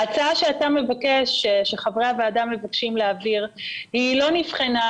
ההצעה שאתה וחברי הוועדה מבקשים להעביר לא נבחנה,